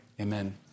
amen